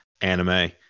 anime